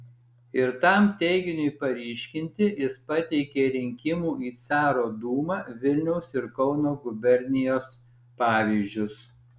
ir tam teiginiui paryškinti jis pateikė rinkimų į caro dūmą vilniaus ir kauno gubernijose pavyzdžius